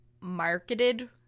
marketed